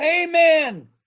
Amen